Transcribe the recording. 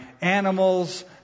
animals